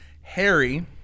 Harry